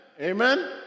Amen